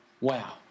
Wow